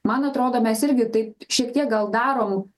man atrodo mes irgi taip šiek tiek gal darom